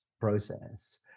process